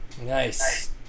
Nice